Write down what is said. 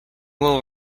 will